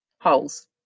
holes